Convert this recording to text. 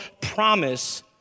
promise